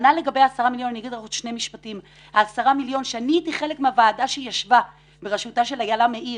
ה-10 מיליון ואני הייתי חלק מהוועדה שישבה בראשותה של אילה מאיר